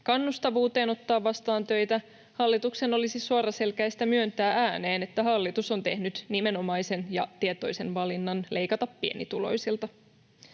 kannustavuuteen ottaa vastaan töitä, hallituksen olisi suoraselkäistä myöntää ääneen, että hallitus on tehnyt nimenomaisen ja tietoisen valinnan leikata pienituloisilta.